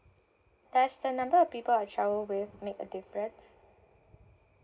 does the number of people I travel with make a difference